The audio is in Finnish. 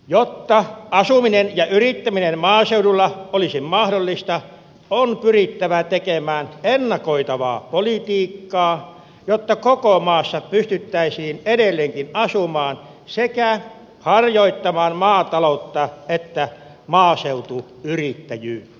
jotta asuminen ja yrittäminen maaseudulla olisi mahdollista on pyrittävä tekemään ennakoitavaa politiikkaa jotta koko maassa pystyttäisiin edelleenkin asumaan sekä harjoittamaan maataloutta ja maaseutuyrittäjyyttä